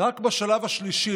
"רק בשלב השלישי,